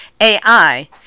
AI